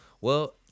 Well-